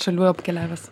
šalių apkeliavęs